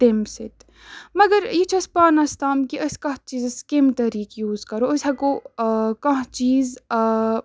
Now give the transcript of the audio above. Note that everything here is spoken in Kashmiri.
تمہِ سۭتۍ مگر یہِ چھِ اَسہِ پانَس تام کہِ أسۍ کَتھ چیٖزَس کمہِ طریٖق یوٗز کَرو أسۍ ہٮ۪کو کانٛہہ چیٖز